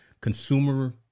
consumer